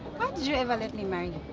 why did you ever let me marry